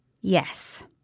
yes